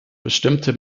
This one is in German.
bestimmte